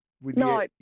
No